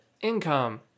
income